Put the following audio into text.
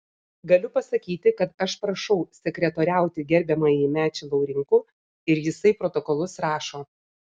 galiu pasakyti kad aš prašau sekretoriauti gerbiamąjį mečį laurinkų ir jisai protokolus rašo